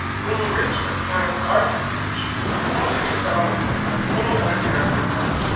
when you reach the parent guardian page enter yourself and any other parent or guardian.